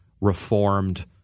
Reformed